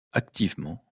activement